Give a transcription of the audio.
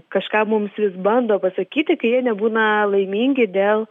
kažką mums vis bando pasakyti kai jie nebūna laimingi dėl